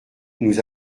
nous